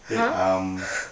!huh!